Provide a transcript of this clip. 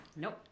Nope